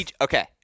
Okay